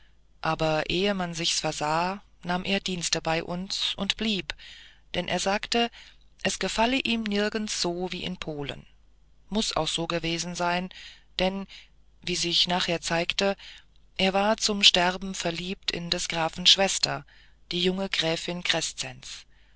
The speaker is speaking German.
aber ehe man sich's versah nahm er dienste bei uns und blieb denn er sagte es gefalle ihm nirgends so wie in polen muß auch so gewesen sein denn wie sich nachher zeigte er war zum sterben verliebt in des grafen schwester die junge gräfin crescenz